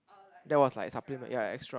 that was like supplement ya extra